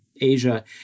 Asia